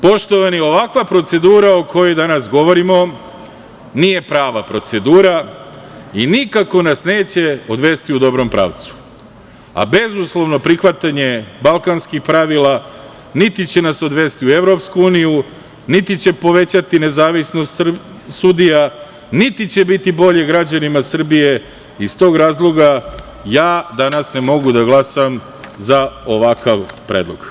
Poštovani, ovakva procedura, o kojoj danas govorimo, nije prava procedura i nikako nas neće odvesti u dobrom pravcu, a bezuslovno prihvatanje balkanskih pravila niti će nas odvesti u EU, niti će povećati nezavisnost sudija, niti će biti bolje građanima Srbije i iz tog razloga ja danas ne mogu da glasam za ovakav predlog.